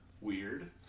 weird